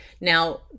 Now